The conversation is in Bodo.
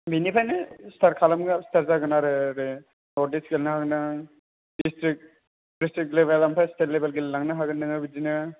बेनिफ्रायनो स्टार्ट खालामगोन स्टार्ट जागोन आरो नर्थ इस्त गेलेनो हागोन नों डिस्ट्रिक्ट लेभेल ओमफ्राय स्टेट लेभेल गेलेलांनो हागोन नों बिदिनो